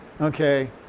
okay